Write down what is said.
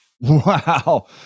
Wow